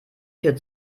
für